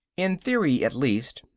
in theory at least,